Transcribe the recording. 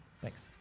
Thanks